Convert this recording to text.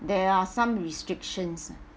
there are some restrictions